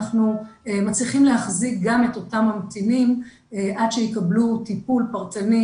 מצליחים להחזיק גם את אותם ממתינים עד שיקבלו טיפול פרטני